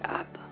up